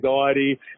anxiety